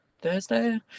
Thursday